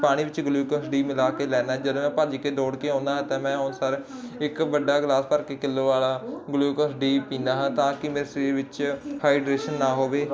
ਪਾਣੀ ਵਿੱਚ ਗਲੂਕੋਸ ਦੀ ਮਿਲਾ ਕੇ ਲੈਣਾ ਜਦੋਂ ਮੈਂ ਭੱਜ ਕੇ ਦੌੜ ਕੇ ਆਉਂਦਾ ਤਾਂ ਮੈਂ ਹੁਣ ਸਰ ਇੱਕ ਵੱਡਾ ਗਲਾਸ ਭਰ ਕੇ ਕਿਲੋ ਵਾਲਾ ਗਲੂਕਨ ਡੀ ਪੀਨਾ ਹੈ ਤਾਂ ਕਿ ਮੇਰੇ ਸਰੀਰ ਵਿੱਚ ਹਾਈਡਰੇਸ਼ਨ ਨਾ ਹੋਵੇ ਤੇ ਮੈਂ